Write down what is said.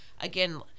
again